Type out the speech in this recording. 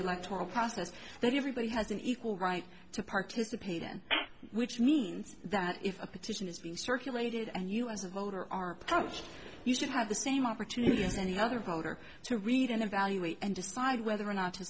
electoral process that everybody has an equal right to participate in which means that if a petition is being circulated and you as a voter are punched you should have the same opportunity as any other voter to read and evaluate and decide whether or not to